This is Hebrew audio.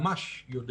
ממש יודע